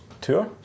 tour